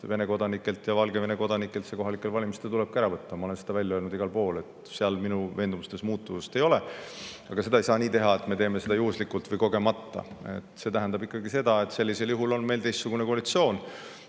Vene kodanikelt ja Valgevene kodanikelt [valimisõigus] kohalikel valimistel ära võtta. Ma olen seda välja öelnud igal pool, seal minu veendumustes muutust ei ole. Aga seda ei saa teha nii, et me teeme seda juhuslikult või kogemata. See tähendab ikkagi seda, et sellisel juhul on meil teistsugune koalitsioon.